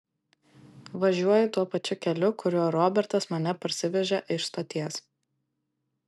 važiuoju tuo pačiu keliu kuriuo robertas mane parsivežė iš stoties